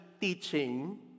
teaching